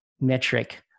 metric